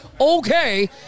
Okay